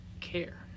care